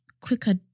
Quicker